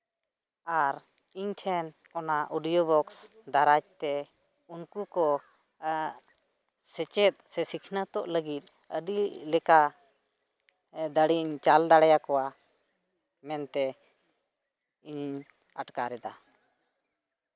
ᱟᱨ ᱤᱧ ᱴᱷᱮᱱ ᱚᱱᱟ ᱚᱰᱤᱭᱳ ᱵᱚᱠᱥ ᱫᱟᱨᱟᱡ ᱛᱮ ᱩᱱᱠᱩ ᱠᱚ ᱥᱮᱪᱮᱫ ᱥᱮ ᱥᱤᱠᱷᱱᱟᱹᱛᱚᱜ ᱞᱟᱹᱜᱤᱫ ᱟᱹᱰᱤ ᱞᱮᱠᱟ ᱫᱟᱲᱮᱧ ᱪᱟᱞ ᱫᱟᱲᱮ ᱠᱚᱣᱟ ᱢᱮᱱᱛᱮ ᱤᱧᱤᱧ ᱟᱴᱠᱟᱨᱮᱫᱟ